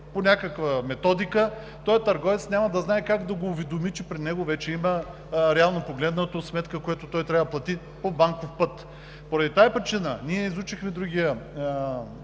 по някаква методика, този търговец няма да знае как да го уведоми, че при него вече има сметка, която той трябва да плати по банков път. Поради тази причина ние изучихме чуждия